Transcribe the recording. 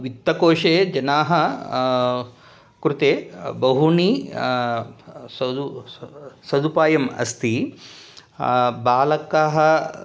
वित्तकोषे जनाः कृते बहूनि सदु स सदुपायम् अस्ति बालकाः